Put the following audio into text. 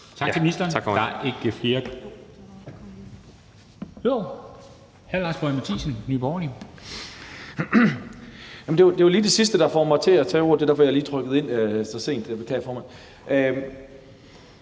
Tak til ministeren.